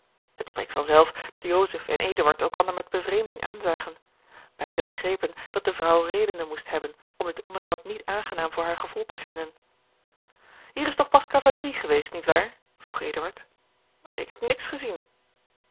het spreekt van zelf dat joseph en eduard elkander met bevreemding aanzagen beiden begrepen dat de vrouw redenen moest hebben om dit onderhoud niet aangenaam voor haar gevoel te vinden hier is toch pas kavalerie geweest niet waar vroeg eduard ik heb niets gezien